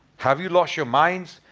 have you lost your minds?